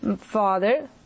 father